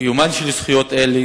קיומן של זכויות אלה